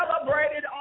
celebrated